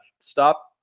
stop